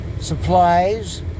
supplies